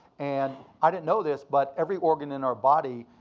and i didn't know this, but every organ in our body